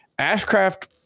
Ashcraft